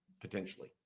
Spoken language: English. potentially